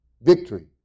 Victory